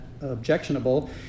objectionable